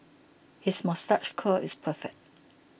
his moustache curl is perfect